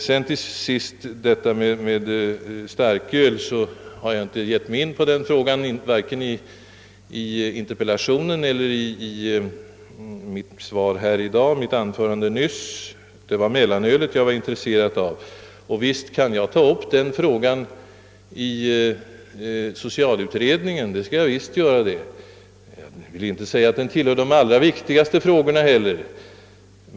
Vad slutligen starkölet beträffar har jag knappast gått in på den frågan i interpellationen eller i mitt anförande i dag. Det var mellanölet ur viss juridisk synpunkt som jag nu var intresserad av. Och visst kan jag ta upp den frågan i socialutredningen, även om jag inte vill säga att den tillhör de allra viktigaste frågorna.